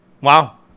wow